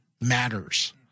matters